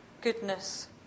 goodness